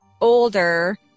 older